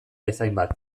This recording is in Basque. bezainbat